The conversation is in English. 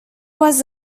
was